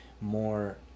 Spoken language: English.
more